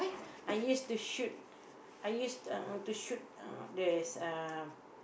I used to shoot I used uh to shoot uh there's uh